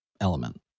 element